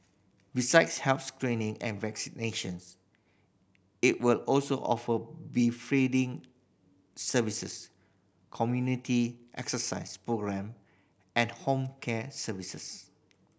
besides health screening and vaccinations it will also offer befriending services community exercise programme and home care services